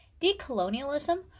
Decolonialism